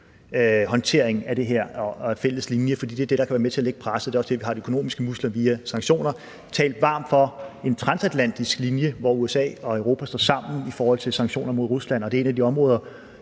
EU-håndtering af det her og en fælles linje, for det er det, der kan være med til at lægge presset, og det er også der, vi har de økonomiske muskler via sanktioner. Vi har talt varmt for en transatlantisk linje, hvor USA og Europa står sammen i forhold til sanktioner mod Rusland. Det er et af de områder,